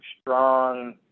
strong